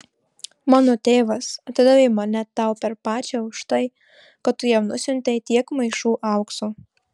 mano tėvas atidavė mane tau per pačią už tai kad tu jam nusiuntei tiek maišų aukso